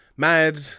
Mad